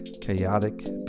chaotic